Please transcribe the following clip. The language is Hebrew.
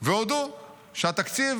והודו שהתקציב